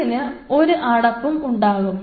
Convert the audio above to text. ഇതിന് ഒരു അടപ്പും ഉണ്ടാകും